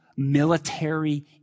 military